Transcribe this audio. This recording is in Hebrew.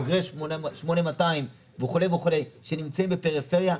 בוגרי 8200 וכו' וכו' שנמצאים בפריפריה,